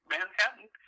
Manhattan